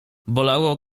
bolało